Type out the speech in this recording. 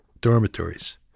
dormitories